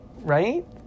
Right